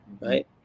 right